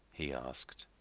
he asked